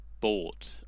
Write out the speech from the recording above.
bought